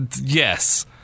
yes